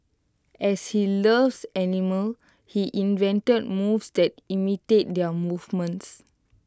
as he loves animals he invented moves that imitate their movements